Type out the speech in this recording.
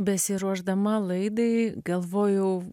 besiruošdama laidai galvojau